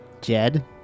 Jed